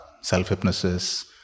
self-hypnosis